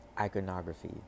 iconography